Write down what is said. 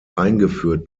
eingeführt